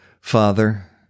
Father